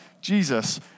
Jesus